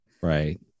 Right